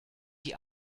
die